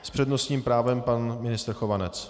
S přednostním právem pan ministr Chovanec.